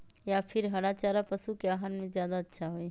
या फिर हरा चारा पशु के आहार में ज्यादा अच्छा होई?